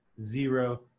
zero